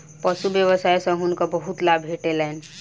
पशु व्यवसाय सॅ हुनका बहुत लाभ भेटलैन